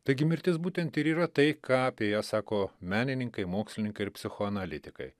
taigi mirtis būtent ir yra tai ką apie ją sako menininkai mokslininkai ir psichoanalitikai